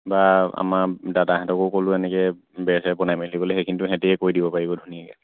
বা আমাৰ দাদাহঁতকো ক'লো এনেকৈ বেৰ চেৰ বনাই মেলি দিবলৈ সেই কিন্তু সিহঁতিয়ে দিব পাৰিব ধুনীয়াকৈ